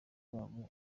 kwabo